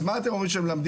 אז מה אתם אומרים שמלמדים?